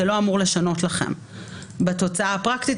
זה לא אמור לשנות לכם בתוצאה הפרקטית.